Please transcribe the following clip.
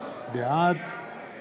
בעד